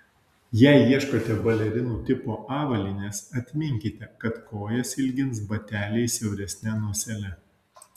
jei ieškote balerinų tipo avalynės atminkite kad kojas ilgins bateliai siauresne nosele